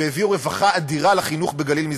והביאו רווחה אדירה לחינוך בגליל המזרחי.